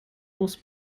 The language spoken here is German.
muss